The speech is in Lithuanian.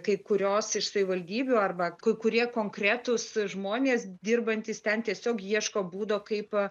kai kurios iš savivaldybių arba kai kurie konkretūs žmonės dirbantys ten tiesiog ieško būdo kaip